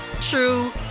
true